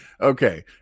Okay